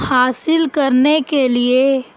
حاصل کرنے کے لیے